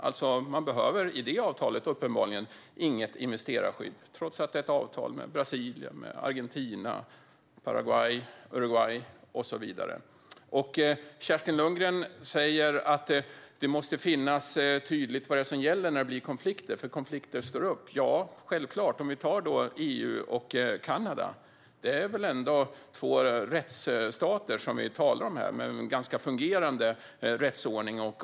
I detta avtal behöver man uppenbarligen inget investerarskydd, trots att det är ett avtal med Brasilien, Argentina, Paraguay, Uruguay och så vidare. Kerstin Lundgren säger att det måste vara tydligt vad det är som gäller när det blir konflikter, eftersom konflikter uppstår. Ja, självklart är det så. När det gäller exempelvis EU och Kanada är det ändå två rättsstater som vi talar om med ganska fungerande rättsordning.